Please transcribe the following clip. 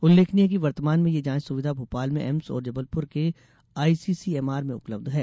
उल्लेखनीय है कि वर्तमान में यह जाँच सुविधा भोपाल में एम्स और जबलपुर के आईसीसीएमआर में उपलब्ध है